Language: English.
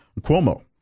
Cuomo